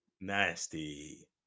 Nasty